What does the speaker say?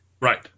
right